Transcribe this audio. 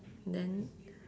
then